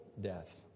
death